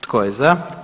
Tko je za?